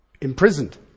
imprisoned